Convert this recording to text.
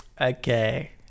Okay